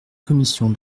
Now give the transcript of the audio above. commission